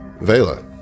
Vela